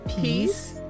Peace